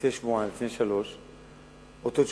לפני שבועיים, לפני שלושה שבועות,